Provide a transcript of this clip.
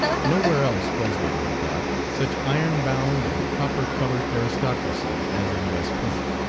nowhere else was there, he thought, such iron-bound and copper-covered aristocracy as in west point.